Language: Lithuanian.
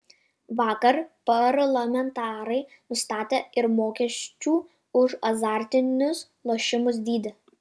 vakar parlamentarai nustatė ir mokesčių už azartinius lošimus dydį